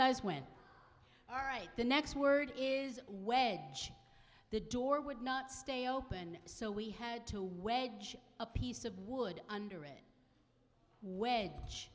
guys went all right the next word is way the door would not stay open so we had to wedge a piece of wood under it w